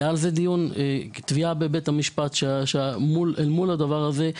היה על זה תביעה בבית המשפט אל מול הדבר הזה,